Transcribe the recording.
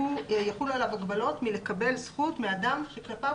יחולו עליו הגבלות מלקבל זכות מאדם שכלפיו